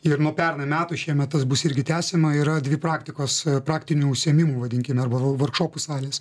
ir nuo pernai metų šiemet tas bus irgi tęsiama yra dvi praktikos praktinių užsiėmimų vadinkime arba vorkšopų salės